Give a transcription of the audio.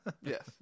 yes